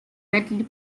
readily